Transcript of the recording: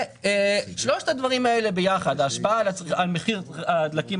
שלושת הדברים האלה יחד: ההשפעה על מחיר הדלקים